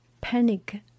panic